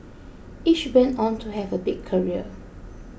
each went on to have a big career